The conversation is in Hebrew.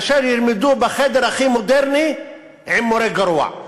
מאשר ילמדו בחדר הכי מודרני עם מורה גרוע.